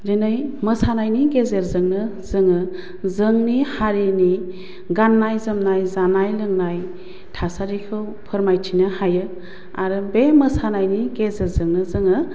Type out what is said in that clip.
दिनै मोसानायनि गेजेरजोंनो जोङो जोंनि हारिनि गान्नाय जोमनाय जानाय लोंनाय थासारिखौ फोरमायथिनो हायो आरो बे मोसानायनि गेजेरजोंनो जोङो